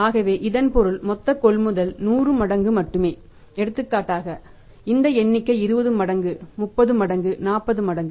ஆகவே இதன் பொருள் மொத்த கொள்முதல் 10 மடங்கு மட்டுமே எடுத்துக்காட்டாக இந்த எண்ணிக்கை 20 மடங்கு 30 மடங்கு 40 மடங்கு